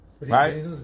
right